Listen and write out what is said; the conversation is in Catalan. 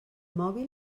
mòbil